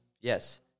yes